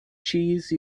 cheese